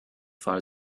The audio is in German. fall